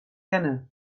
kenne